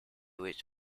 which